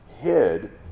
hid